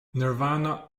nirvana